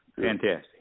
fantastic